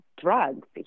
drugs